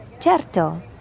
Certo